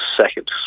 second